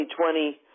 2020